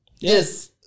Yes